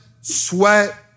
sweat